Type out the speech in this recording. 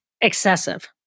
excessive